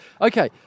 okay